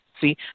see